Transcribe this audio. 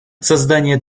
создание